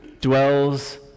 dwells